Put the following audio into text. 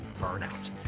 burnout